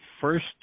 first